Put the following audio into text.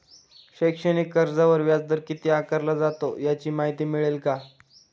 शैक्षणिक कर्जावर व्याजदर किती आकारला जातो? याची माहिती मिळेल का?